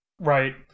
Right